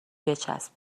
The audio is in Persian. بچسب